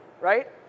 right